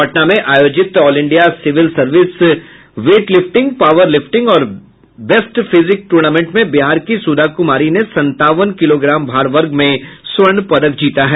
पटना में आयोजित all India civil service weight lifting power lifting और बेस्ट फिजिक टूर्नामेंट में बिहार की सुधा कुमारी ने संतावन किलोग्राम भार वर्ग में स्वर्ण पदक जीता है